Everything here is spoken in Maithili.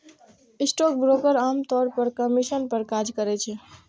स्टॉकब्रोकर आम तौर पर कमीशन पर काज करै छै